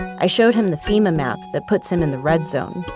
i showed him the fema map that puts him in the red zone.